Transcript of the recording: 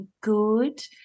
good